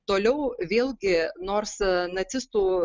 toliau vėlgi nors nacistų